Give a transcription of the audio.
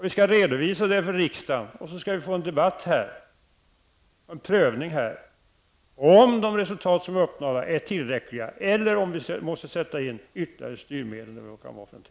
Vi skall redovisa det för riksdagen och få en debatt och en prövning här av om de uppnådda resultaten är tillräckliga, om vi måste sätta in ytterligare styrmedel eller något sådant.